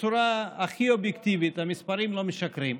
בצורה הכי אובייקטיבית, המספרים לא משקרים,